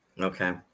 Okay